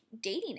dating